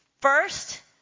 First